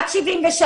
זה בעייתי.